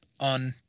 on